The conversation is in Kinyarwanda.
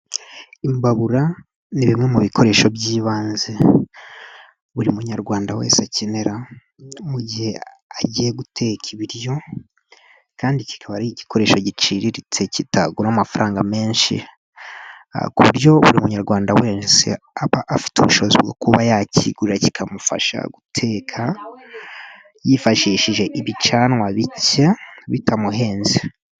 Imbabura ni bimwe mu bikoresho by'ibanze, buri munyarwanda wese akenera mu gihe agiye guteka ibiryo, kandi kikaba ari igikoresho giciriritse kitagura amafaranga menshi, ku buryo buri munyarwanda wese aba afite ubushobozi bwo kuba yayigura, ikamufasha guteka yifashishije ibicanwa bishya bitamuhenze.